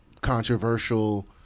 controversial